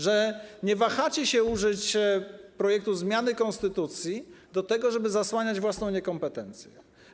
Że nie wahacie się użyć projektu zmiany konstytucji do tego, żeby zasłaniać własną niekompetencję.